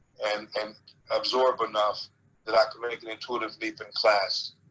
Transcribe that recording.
and and absorb enough that i could make an intuitive leap in class